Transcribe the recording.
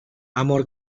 amor